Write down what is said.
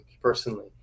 personally